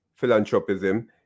philanthropism